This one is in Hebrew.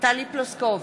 טלי פלוסקוב,